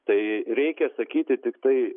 tai reikia sakyti tiktai